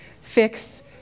Fix